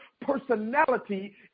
personality